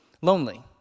Lonely